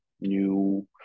new